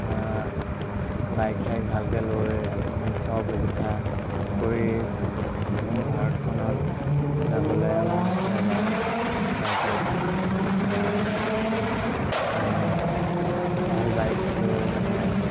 bike চাইক ভালকৈ লৈ আপুনি চব সুবিধা কৰি ভাৰতখনত যাবলৈ মন আছে এবাৰ বাইক লৈ ভাল বাইক লৈ মানে